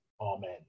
Amen